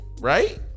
right